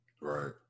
right